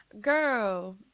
girl